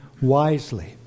wisely